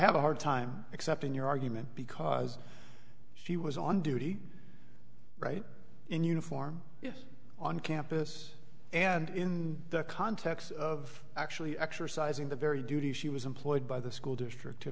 have a hard time accepting your argument because she was on duty right in uniform on campus and in the context of actually exercising the very duty she was employed by the school district to